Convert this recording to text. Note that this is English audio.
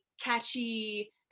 catchy